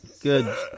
good